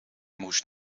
moest